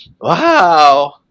wow